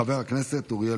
שאילתה